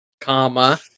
comma